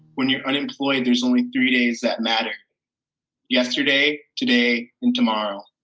when you're unemployed, there's only three days that matter yesterday, today, and tomorrow.